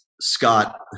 Scott